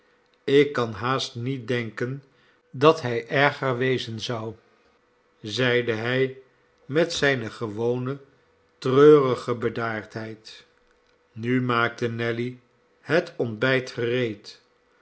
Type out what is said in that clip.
ik kan haast niet denken dat hij erger wezen zou zeide hij met zijne gewone treurige bedaardheid nu maakte nelly het ontbijt gereed